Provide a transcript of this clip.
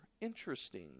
Interesting